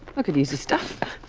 could use this stuff.